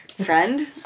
friend